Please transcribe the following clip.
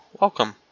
welcome